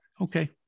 okay